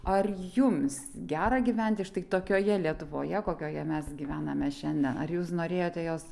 ar jums gera gyventi štai tokioje lietuvoje kokioje mes gyvename šiandien ar jūs norėjote jos